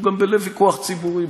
הוא גם בלב ויכוח ציבורי,